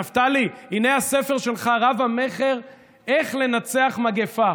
נפתלי, הינה הספר שלך, רב-המכר "איך לנצח מגפה".